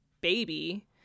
baby